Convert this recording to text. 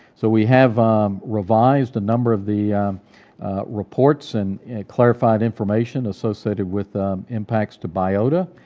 so we have revised a number of the reports, and clarified information associated with impacts to biota.